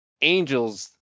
angels